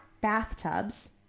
bathtubs